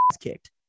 kicked